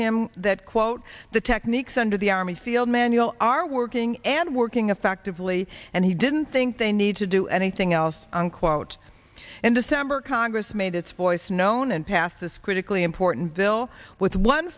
him that quote the techniques under the army field manual are working and working effectively and he didn't think they need to do anything else unquote and december congress made its voice known and passed this critically important bill with one